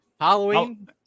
Halloween